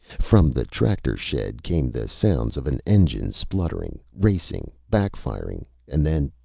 from the tractor shed came the sounds of an engine spluttering, racing, backfiring and then,